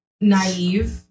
naive